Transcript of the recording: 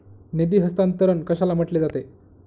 निधी हस्तांतरण कशाला म्हटले जाते?